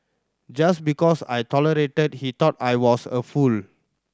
just because I tolerated he thought I was a fool